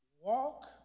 walk